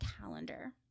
calendar